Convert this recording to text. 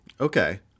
Okay